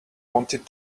wanted